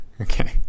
okay